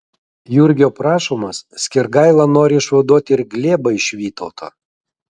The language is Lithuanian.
jurgio prašomas skirgaila nori išvaduoti ir glėbą iš vytauto